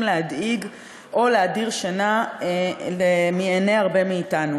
להדאיג או להדיר שינה מעיני רבים מאתנו.